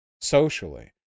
socially